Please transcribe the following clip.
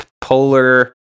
polar